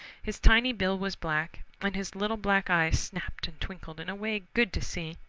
his tiny bill was black, and his little black eyes snapped and twinkled in a way good to see.